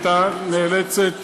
הייתה נאלצת